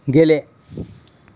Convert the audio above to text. गेले